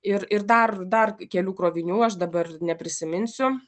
ir ir dar dar kelių krovinių aš dabar neprisiminsiu